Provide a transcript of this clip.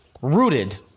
Rooted